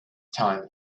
time